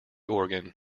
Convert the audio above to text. organ